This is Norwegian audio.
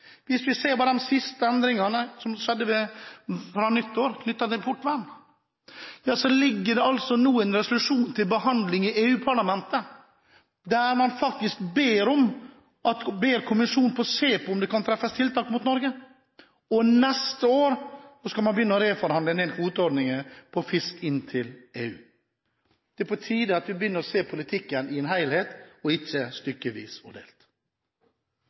Hvis vi ser på de siste endringene fra nyttår, knyttet til importvern, ligger det nå en resolusjon til behandling i EU-parlamentet, der man faktisk ber kommisjonen se på om det kan treffes tiltak mot Norge. Neste år skal man begynne å reforhandle kvoteordningen for fisk inn til EU. Det er på tide at vi begynner å se politikken i en helhet – ikke stykkevis og delt.